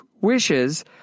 wishes